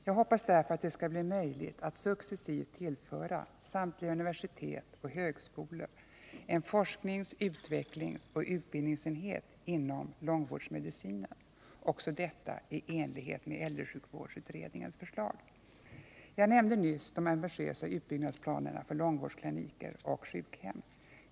Jag hoppas också att det skall bli möjligt att successivt tillföra samtliga universitet och högskolor en forsknings-, utvecklingsoch utbildningsenhet inom långvårdsmedicinen, också detta i enlighet med äldresjukvårdsutredningens förslag. Jag nämnde nyss de ambitiösa nybyggnadsplanerna för långvårdskliniker och sjukhem.